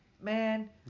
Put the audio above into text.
Man